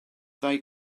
they